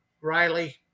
Riley